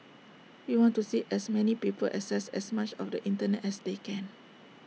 we want to see as many people access as much of the Internet as they can